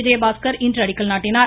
விஜயபாஸ்கர் இன்று அடிக்கல் நாட்டினார்